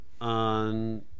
on